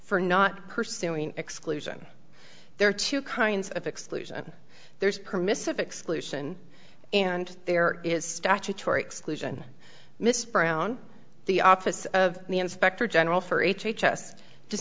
for not pursuing exclusion there are two kinds of exclusion there is permissive exclusion and there is statutory exclusion miss brown the office of the inspector general for h h s does